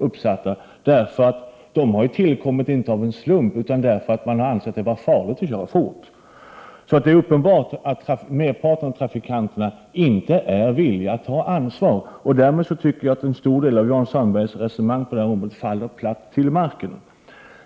Dessa bestämmelser har inte tillkommit av en slump, utan därför att man har ansett det vara farligt att köra fort. Det är tydligt att merparten av trafikanterna inte är villiga att ta ansvar. Därmed faller en stor del av Jan Sandbergs resonemang på det här området platt till marken.